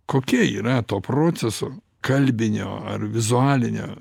kokia yra to proceso kalbinio ar vizualinio